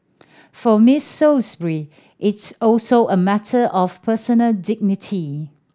for Miss Salisbury it's also a matter of personal dignity